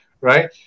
right